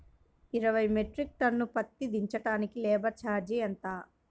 ఇరవై metric ton పత్తి దించటానికి లేబర్ ఛార్జీ ఎంత?